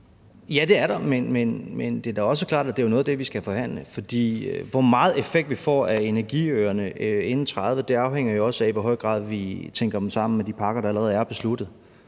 Ja, det er der. Men det er da også klart, at det er noget af det, vi skal forhandle. Hvor meget effekt vi får af energiøerne inden 2030, afhænger jo også af, i hvilken udstrækning vi tænker dem sammen med de pakker, der allerede er besluttet.